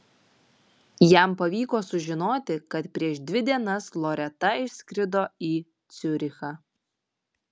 jam pavyko sužinoti kad prieš dvi dienas loreta išskrido į ciurichą